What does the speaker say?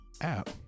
app